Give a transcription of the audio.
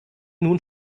nun